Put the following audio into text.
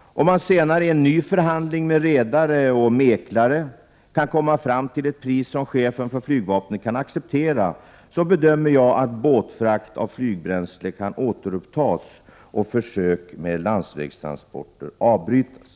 Om man senare, i en ny förhandling med redare och mäklare, kan komma fram till ett pris som chefen för flygvapnet kan acceptera, bedömer jag att båtfrakt av flygbränsle kan återupptas och försöket med landsvägstransporter avbrytas.